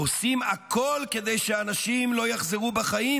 עושים הכול כדי שאנשים לא יחזרו בחיים?